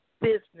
business